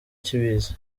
cy’ibiza